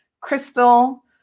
Crystal